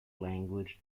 language